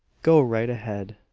go right ahead!